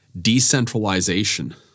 decentralization